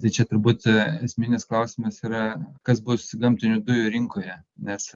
tai čia turbūt esminis klausimas yra kas bus gamtinių dujų rinkoje nes